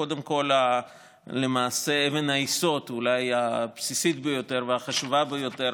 קודם כול למעשה אבן היסוד אולי הבסיסית ביותר והחשובה ביותר